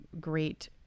great